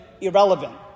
irrelevant